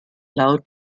laut